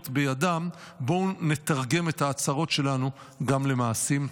בידם"; בואו נתרגם את ההצהרות שלנו גם למעשים.